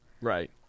right